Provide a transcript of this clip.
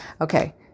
Okay